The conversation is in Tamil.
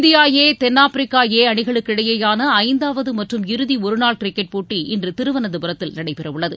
இந்தியா ஏ தென்னாப்பிரிக்கா ஏ அணிகளுக்கிடையேயான ஐந்தாவது மற்றும் இறுதி ஒருநாள் கிரிக்கெட் போட்டி இன்று திருவனந்தபுரத்தில் நடைபெறவுள்ளது